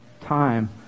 time